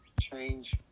change